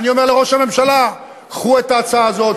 אני אומר לראש הממשלה: קחו את ההצעה הזאת,